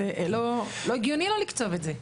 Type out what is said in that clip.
זה לא הגיוני לא לקצוב את זה.